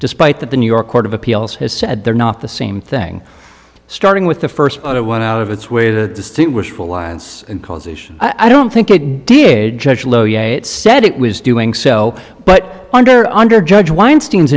despite that the new york court of appeals has said they're not the same thing starting with the first one out of its way to distinguish causation i don't think it did said it was doing so but under under judge weinstein